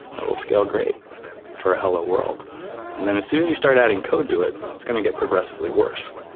and it'll scale great for a hello world and then as soon as you start adding code to it, it's going to get progressively worse,